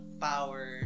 power